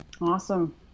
Awesome